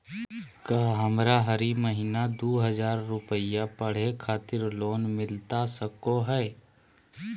का हमरा हरी महीना दू हज़ार रुपया पढ़े खातिर लोन मिलता सको है?